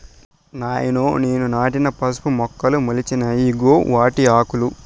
నాయనో నేను నాటిన పసుపు మొక్కలు మొలిచినాయి ఇయ్యిగో వాటాకులు